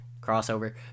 crossover